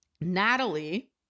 Natalie